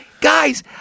guys –